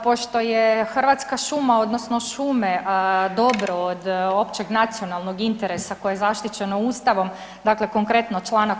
Pošto je hrvatska šuma, odnosno šume dobro od općeg nacionalnog interesa koje je zaštićeno Ustavom, dakle konkretno čl.